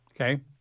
Okay